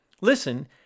Listen